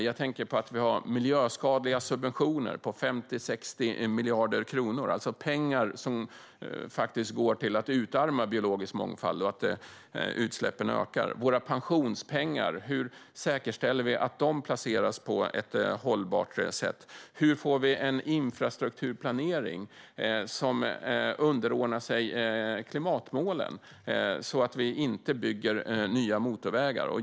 Jag tänker på att vi har miljöskadliga subventioner på 50-60 miljarder kronor, alltså pengar som faktiskt går till att utarma biologisk mångfald vilket leder till att utsläppen ökar. Hur säkerställer vi att våra pensionspengar placeras på ett hållbart sätt? Hur får vi en infrastrukturplanering som underordnar sig klimatmålen, så att vi inte bygger nya motorvägar?